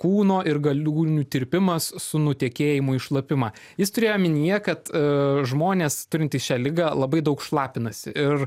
kūno ir galūnių tirpimas su nutekėjimu ir šlapimą jis turėjo omenyje kad žmonės turintys šią ligą labai daug šlapinasi ir